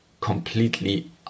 completely